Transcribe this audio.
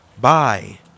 Bye